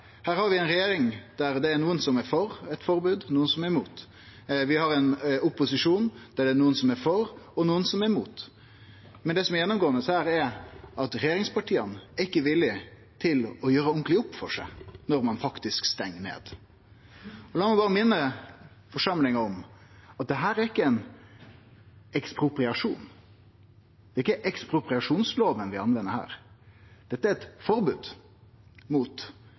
Her har vi ei regjering der nokon er for eit forbod, og nokon er imot. Vi har ein opposisjon der nokon er for og nokon imot. Men det som er gjennomgåande, er at regjeringspartia ikkje er villige til å gjere ordentleg opp for seg når ein faktisk stengjer ned. Eg vil berre minne forsamlinga om at dette ikkje er ein ekspropriasjon, det er ikkje ekspropriasjonslova ein brukar her. Dette er eit forbod mot